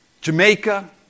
Jamaica